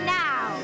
now